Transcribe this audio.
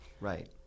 right